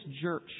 church